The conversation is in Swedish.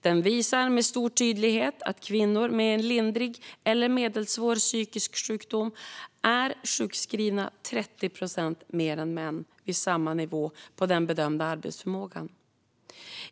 Den visar med stor tydlighet att kvinnor med en lindrig eller medelsvår psykisk sjukdom är sjukskrivna 30 procent mer än män vid samma nivå på den bedömda arbetsförmågan.